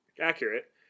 accurate